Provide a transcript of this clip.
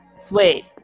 Sweet